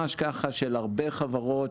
של הרבה חברות,